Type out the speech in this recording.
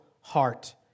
heart